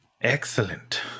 Excellent